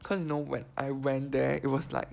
cause you know when I went there it was like